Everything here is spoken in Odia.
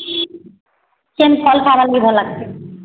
କେନ୍ ଫଲ୍ ଖାଏବାର୍ ଲାଗି ଭଲ୍ ଲାଗ୍ସି